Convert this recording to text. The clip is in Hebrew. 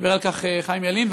דיבר על כך חיים ילין,